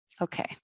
Okay